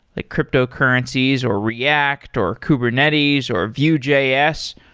like cryptocurrencies, or react, or kubernetes, or vue js,